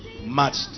matched